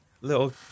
little